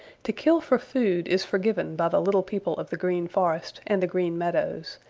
to kill for food is forgiven by the little people of the green forest and the green meadows,